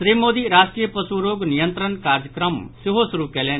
श्री मोदी राष्ट्रीय पशु रोग नियंत्रण कार्यक्रम सेहो शुरू कयलनि